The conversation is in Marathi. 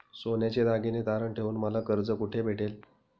सोन्याचे दागिने तारण ठेवून मला कर्ज कुठे भेटेल?